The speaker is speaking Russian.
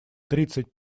тридцать